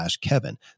kevin